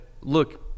look